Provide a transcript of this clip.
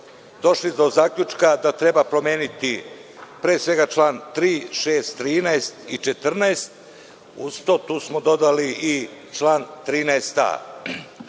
došli do zaključka da treba promeniti, pre svega, član 3, 6, 13. i 14. Uz to, tu smo dodali i član 13a.